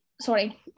sorry